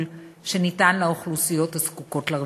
שניתן לאוכלוסיות הזקוקות לרווחה.